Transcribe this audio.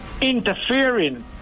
interfering